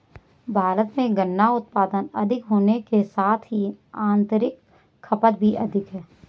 भारत में गन्ना उत्पादन अधिक होने के साथ ही आतंरिक खपत भी अधिक है